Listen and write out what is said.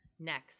next